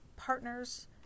partners